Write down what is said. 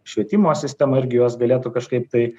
švietimo sistema irgi juos galėtų kažkaip tai